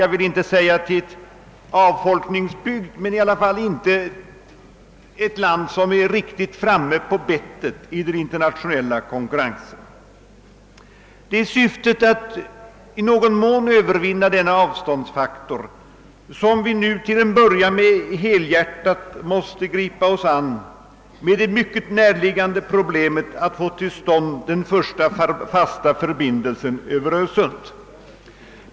Jag vill inte påstå att Sverige skulle bli avfolkat, men i varje fall inte ett land som är riktigt på bettet i den internationella konkurrensen. Det är för att i någon mån övervinna denna avståndsfaktor som vi till en början måste gripa oss an med det mycket näraliggande problemet att få till stånd den första fasta förbindelsen över Öresund.